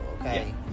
okay